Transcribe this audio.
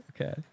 okay